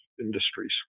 industries